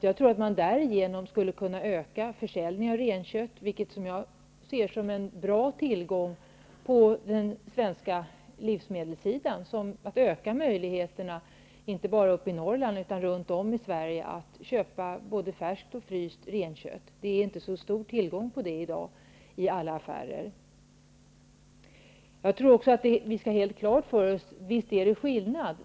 Jag tror att man därigenom skulle kunna öka försäljningen av renkött, vilket jag ser som en bra tillgång på den svenska livsmedelsmarknaden. Det skulle öka möjligheterna inte bara uppe i Norrland utan också runt om i Sverige att köpa både färskt och fryst renkött. Det finns inte så stor tillgång på det i dag i alla affärer. Vi skall alltså ha helt klart för oss att det finns en skillnad.